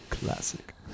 Classic